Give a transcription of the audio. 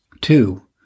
Two